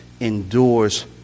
endures